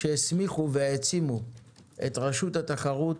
שהסמיכו והעצימו את רשות התחרות